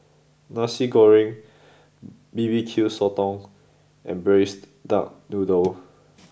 Nasi Goreng B B Q Sotong and Braised Duck Noodle